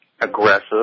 aggressive